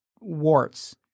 warts